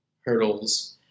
hurdles